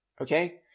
Okay